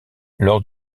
lors